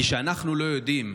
כי כשאנחנו לא יודעים,